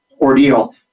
ordeal